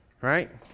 right